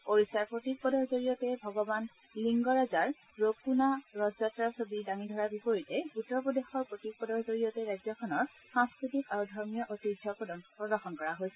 ওড়িশাৰ প্ৰতীক পটৰ জৰিয়তে ভগৱান লিংগৰাজাৰ ৰুকুনা ৰথযাত্ৰাৰ ছৱি দাঙি ধৰাৰ বিপৰীতে উত্তৰ প্ৰদেশৰ প্ৰতীকপটৰ জৰিয়তে ৰাজ্যখনৰ সাংস্কৃতিক আৰু ধৰ্মীয় ঐতিহ্য প্ৰদৰ্শন কৰা হৈছিল